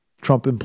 Trump